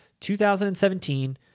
2017